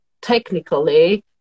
technically